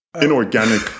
inorganic